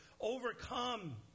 overcome